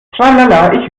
tralala